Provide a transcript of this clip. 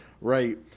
right